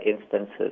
instances